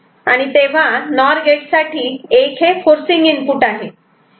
तेव्हा NOR gate साठी '1' हे फॉर्सिंग इनपुट आहे